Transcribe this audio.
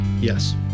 Yes